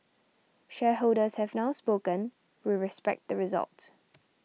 shareholders have now spoken we respect the result